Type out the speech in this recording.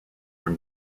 from